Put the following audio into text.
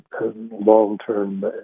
long-term